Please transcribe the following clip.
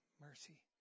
mercy